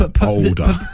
Older